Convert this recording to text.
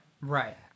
right